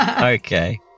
okay